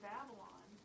Babylon